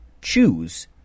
choose